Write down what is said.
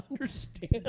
understand